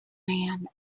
man